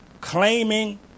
claiming